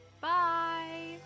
Bye